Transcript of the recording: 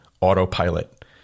autopilot